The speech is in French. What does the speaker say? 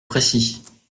précis